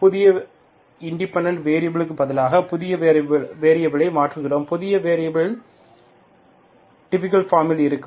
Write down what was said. புதிய இண்டிபண்டன்ட் வேரியப்பில்க்கு பதிலாக புதிய வேரியப்பிலை மாற்றுகிறோம் புதிய வேரியப்பில் டிபிகள் பார்மில் இருக்கும்